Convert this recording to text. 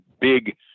big